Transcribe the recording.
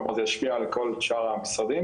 כלומר זה ישפיע על כל שאר המשרדים,